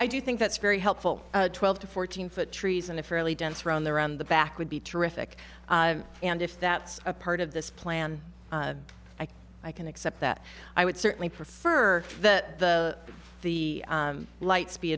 i do think that's very helpful twelve to fourteen foot trees and a fairly dense round there on the back would be terrific and if that's a part of this plan i can accept that i would certainly prefer that the the lights be